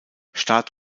start